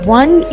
one